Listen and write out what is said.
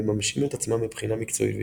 ומממשים את עצמם מבחינה מקצועית ואישית.